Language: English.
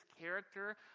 character